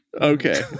Okay